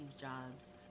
Jobs